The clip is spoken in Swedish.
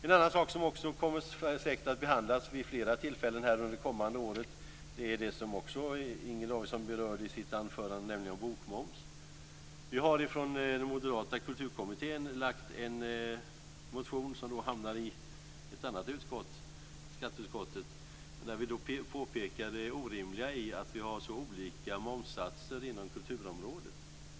En annan sak som säkert kommer att behandlas vid fler tillfällen här under det kommande året är det som Inger Davidson också berörde i sitt anförande, nämligen bokmoms. Vi har från den moderata kulturkommittén skrivit en motion som hamnade i ett annat utskott, nämligen skatteutskottet. Vi påpekade där det orimliga i att momssatserna inom kulturområdet är så olika.